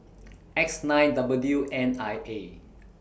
X nine W N I A